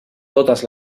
totes